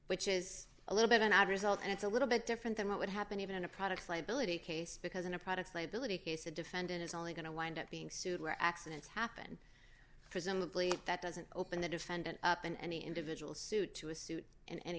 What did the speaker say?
which is a little bit of an odd result and it's a little bit different than what would happen even in a product liability case because in a product liability case a defendant is only going to wind up being sued where accidents happen presumably that doesn't open the defendant up in any individual suit to a suit in any